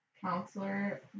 counselor